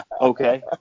Okay